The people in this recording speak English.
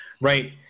right